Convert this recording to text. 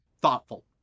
thoughtful